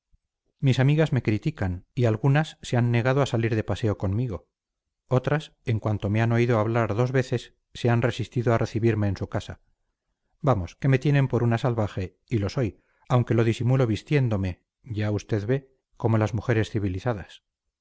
mis amigas me critican y algunas se han negado a salir de paseo conmigo otras en cuanto me han oído hablar dos veces se han resistido a recibirme en su casa vamos que me tienen por una salvaje y lo soy aunque lo disimulo vistiéndome ya usted ve como las mujeres civilizadas